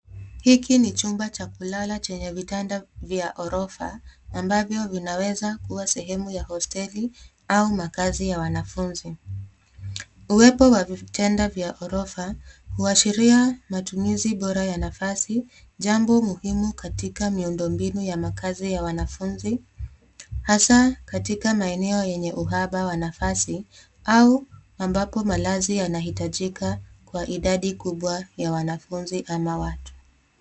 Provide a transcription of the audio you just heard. Hiki ni chumba cha kulala chenye vitanda vya orofa ambavyo vinaweza kuwa sehemu ya hosteli au makazi ya wanafunzi. Uwepo wa vitanda vya orofa huashiria matumizi bora ya nafasi jambo muhimu katika miundombinu ya makazi ya wanafunzi hasa katika maeneo yenye uhaba wa nafasi au ambapo malazi yanahitajika kwa idadi kubwa ya wanafunzi ama watu.